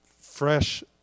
fresh